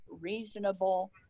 reasonable